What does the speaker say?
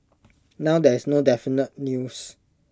now there is no definite news